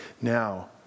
Now